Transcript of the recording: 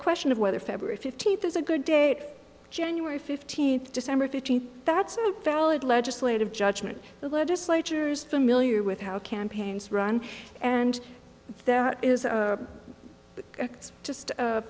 question of whether february fifteenth is a good day january fifteenth december fifteenth that's a valid legislative judgment that legislatures familiar with how campaigns run and that is just